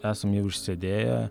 esam jau išsėdėję